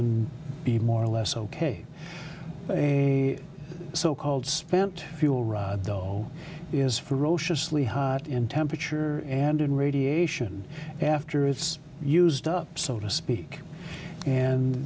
and be more or less ok a so called spent fuel rod though is ferociously hot in temperature and in radiation after it's used up so to speak and